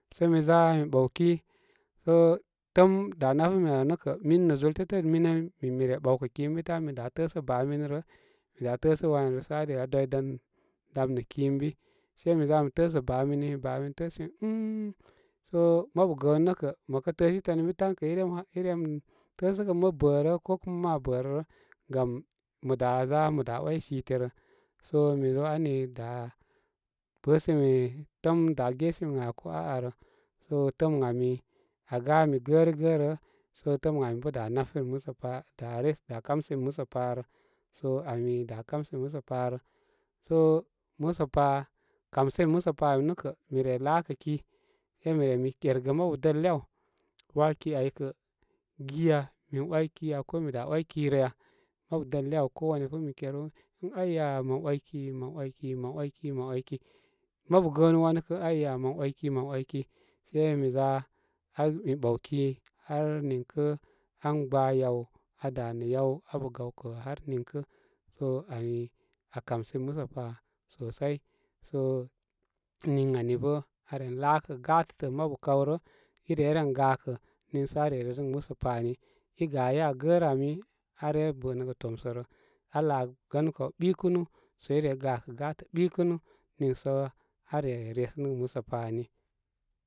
Sə mi za mi ɓawki sə təəm da nafimi am nə kə min nə zul tetə minə min mi re ɓawkə ki ən bi tan mi da təəsə baa mini rə, mi da təəsə wanya rə sə aa re aa dwi dam dam nə ki ə bamin sei mi za mi təəsə baa mini baa mini təəsimi an mui sə mabu gəənu nə kə mə kə təəsi tən ənbi kə irem irem təəsəgə ən mə bə rə kokuma aa bə rə gam mə da za mə da way siti rə sə mi bə ani da bəsimi təəm da gesimi ŋa ko a'a rə sə təəmən ami aa gami gərigə rə, sə təəmən ami bə da nafimi musəpa da re da kamsimi musə parə sə ami da kamsimi musə parə sə musəpa, kamsimi musəpa ami nə kə mi re laaka ki sə mi re mi kergə mabu dəl iyə aw, waaki aykə giya, min way kiya komi da way ki rə ya mabu dəl iyə aw ko wan ya fú mi keru ən aya mən wayki, mən way ki, mən wayki, mən ewayki mabu gəənu wanu kə aya mən ewayki mən ewayki se mi za ai mi ɓawki har niŋkə ah gba yawaa danə yaw abə gawkə har niŋkə sə ani aa kamsimi musə pa sosai sə niŋ ani bə aa ren laakə gatətə mabukaw rə, i reye ren gakə nii sə aa re renə gə musə pa ani igaye aa gərə ami aa re bənəgə tomsə rə aa laa gbanu kaw ɓikunu sə ire ye gakə gatə ɓikunu niisə aare resənəgə musə pa ani.